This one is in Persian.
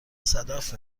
صدف